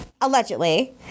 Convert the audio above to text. Allegedly